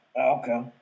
Okay